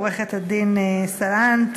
עורכת-הדין סלנט